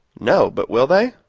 no, but will they?